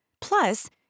Plus